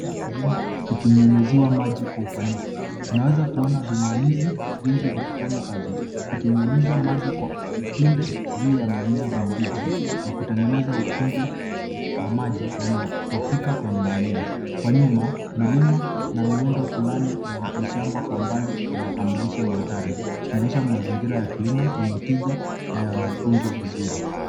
Shamba la kilimo likinyunyiziwa maji kwa ufanisi. Unaweza kuona vinyunyizi vingi vikifanya kazi, vikinyunyiza maji kwa upinde juu ya mimea mibichi na kutengeneza ukungu wa maji yanapofika kwenye mimea. Kwa nyuma milima na miundo fulani ya mashamba kwa mbali inakamilisha mandhari, ikionyesha mazingira ya kilimo yenye tija na yanayotunzwa vizuri.